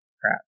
Crap